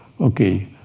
okay